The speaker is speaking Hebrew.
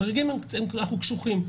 בחריגים אנחנו קשוחים.